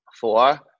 Four